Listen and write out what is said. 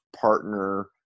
partner